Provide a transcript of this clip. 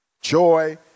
Joy